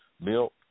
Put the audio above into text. milk